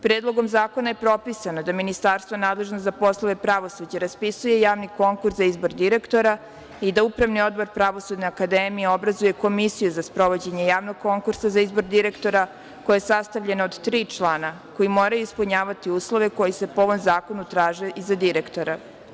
Predlogom zakona je propisano da ministarstvo nadležno za poslove pravosuđa raspisuje javni konkurs za izbor direktora i da upravni odbor Pravosudne akademije obrazuje komisiju za sprovođenje javnog konkursa za izbor direktora koja je sastavljena od tri člana koji moraju ispunjavati uslove koji se po ovom zakonu traže i za direktora.